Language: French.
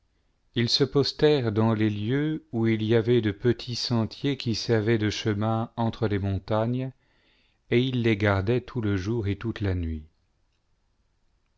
ils se postèrent dans les lieux où il y avait de petits sentiers qui kervaient de cheraiu entre les montagnes et ils les gardaient tout le jour et toute la nuit